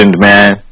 man